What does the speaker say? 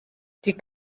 die